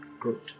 good